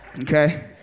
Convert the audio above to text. Okay